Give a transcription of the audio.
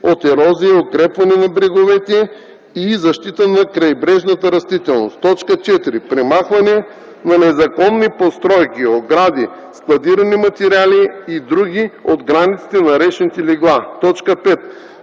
от ерозия, укрепване на бреговете и защита на крайбрежната растителност; 4. премахване на незаконни постройки, огради, складирани материали и др. от границите на речните легла; 5.